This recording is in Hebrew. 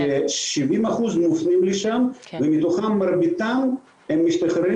ש-70% מופנים לשם ומרביתם משתחררים